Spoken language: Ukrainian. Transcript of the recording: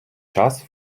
час